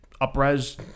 up-res